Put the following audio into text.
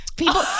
People